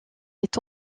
est